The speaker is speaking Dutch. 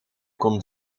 konden